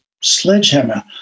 sledgehammer